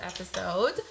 episode